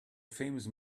famous